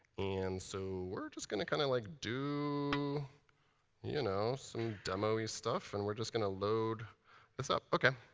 and so we're just going to kind of like do you know some demo-y stuff, and we're just going to load this up. ok.